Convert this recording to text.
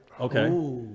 Okay